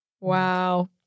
Wow